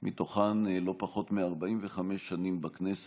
מתוכן לא פחות מ-45 בכנסת.